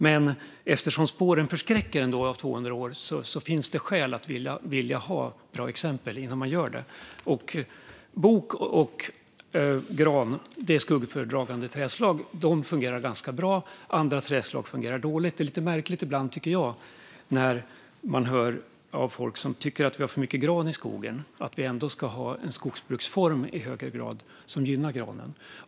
Men eftersom spåren från 200 år förskräcker finns det skäl att vilja ha bra exempel. Bok och gran är skuggföredragande trädslag. De fungerar bra. Andra trädslag fungerar dåligt. Det är ibland lite märkligt när man hör från folk som tycker att det är för mycket gran i skogen att vi ändå i högre grad ska ha en skogsbruksform som gynnar granen.